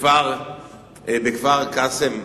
בכפר-קאסם,